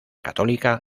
católica